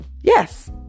Yes